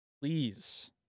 Please